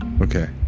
Okay